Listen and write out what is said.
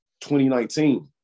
2019